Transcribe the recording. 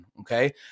Okay